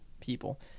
people